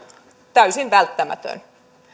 täysin välttämätön